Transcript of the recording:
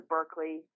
Berkeley